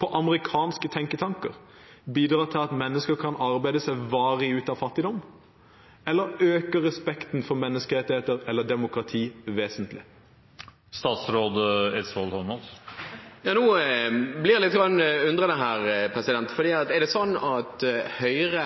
på amerikanske tenketanker bidrar til at mennesker kan arbeide seg varig ut av fattigdom eller øke respekten for menneskerettigheter eller demokrati vesentlig? Nå blir jeg litt undrende her. Mener Høyre